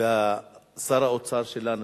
ושר האוצר שלנו,